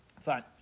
Fine